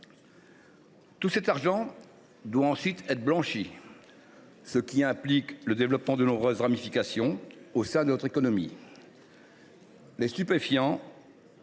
Tout cet argent doit ensuite être blanchi, ce qui implique le développement de nombreuses ramifications au sein de notre économie. Les stupéfiants